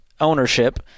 ownership